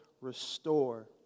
Restore